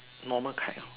normal kite orh